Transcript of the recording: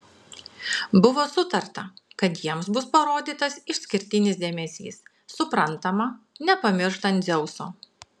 buvo sutarta kad jiems bus parodytas išskirtinis dėmesys suprantama nepamirštant dzeuso